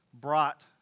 brought